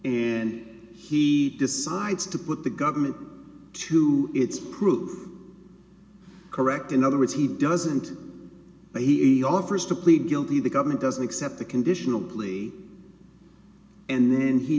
and he decides to put the government to it's proved correct in other words he doesn't but he offers to plead guilty the government doesn't accept the conditional plea and then he